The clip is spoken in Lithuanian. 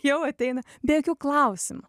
jau ateina be jokių klausimų